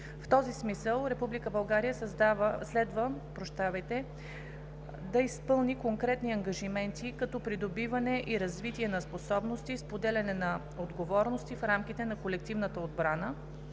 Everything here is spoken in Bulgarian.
В този смисъл Република България следва да изпълни конкретни ангажименти, като придобиване и развитие на способности, споделяне на отговорности в рамките на колективната отбрана